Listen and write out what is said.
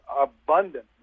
abundant